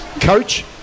coach